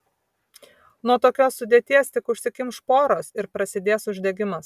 nuo tokios sudėties tik užsikimš poros ir prasidės uždegimas